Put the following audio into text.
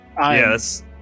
Yes